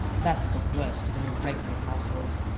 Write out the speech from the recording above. that's the worst of an irregular household!